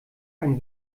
ein